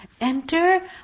enter